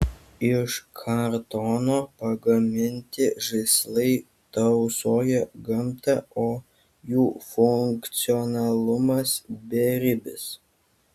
iš kartono pagaminti žaislai tausoja gamtą o jų funkcionalumas beribis